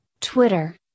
Twitter